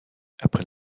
après